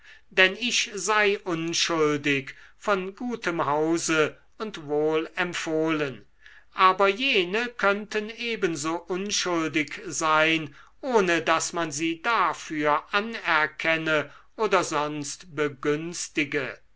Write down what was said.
denn ich sei unschuldig von gutem hause und wohl empfohlen aber jene könnten ebenso unschuldig sein ohne daß man sie dafür anerkenne oder sonst begünstige